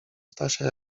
stasia